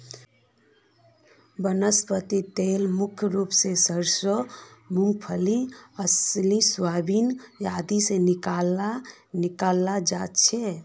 वनस्पति तेल मुख्य रूप स सरसों मूंगफली अलसी सोयाबीन आदि से निकालाल जा छे